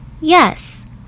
Yes